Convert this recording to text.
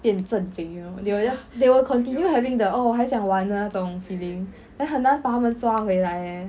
变正经 you know they will just they will continue having the oh 还想玩的那种 feeling then 很难把他们抓回来 eh